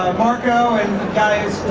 marco and guy's.